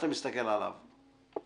לא